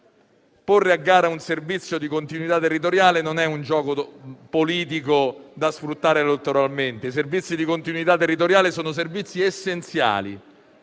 Porre a gara un servizio di continuità territoriale non è un gioco politico da sfruttare elettoralmente; i servizi di continuità territoriale sono essenziali.